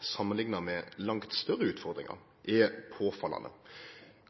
samanlikna med langt større utfordringar, er påfallande.